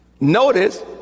Notice